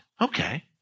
Okay